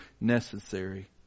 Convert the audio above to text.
necessary